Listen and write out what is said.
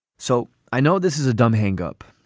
so i know this is a dumb hangup.